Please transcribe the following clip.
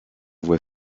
voie